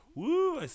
Woo